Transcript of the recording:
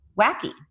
wacky